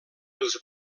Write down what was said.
els